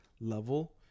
level